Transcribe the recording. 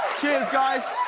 cheesier, guys.